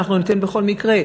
אנחנו ניתן בכל מקרה,